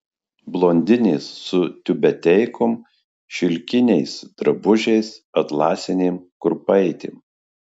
blondinės su tiubeteikom šilkiniais drabužiais atlasinėm kurpaitėm